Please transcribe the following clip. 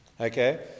okay